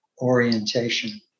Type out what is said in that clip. orientation